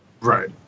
Right